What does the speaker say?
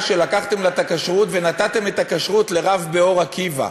שלקחתם לה את הכשרות ונתתם את הכשרות לרב באור-עקיבא.